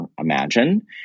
imagine